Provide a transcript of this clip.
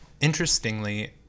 interestingly